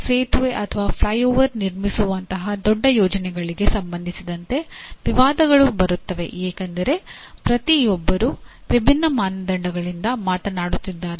ಸೇತುವೆ ಅಥವಾ ಫ್ಲೈಓವರ್ ನಿರ್ಮಿಸುವಂತಹ ದೊಡ್ಡ ಯೋಜನೆಗಳಿಗೆ ಸಂಬಂಧಿಸಿದಂತೆ ವಿವಾದಗಳು ಬರುತ್ತವೆ ಏಕೆಂದರೆ ಪ್ರತಿಯೊಬ್ಬರೂ ವಿಭಿನ್ನ ಮಾನದಂಡಗಳಿಂದ ಮಾತನಾಡುತ್ತಿದ್ದಾರೆ